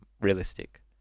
realistic